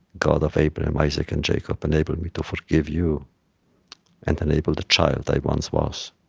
god of abraham, isaac, and jacob, enable me to forgive you and enable the child i once was